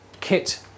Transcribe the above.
kit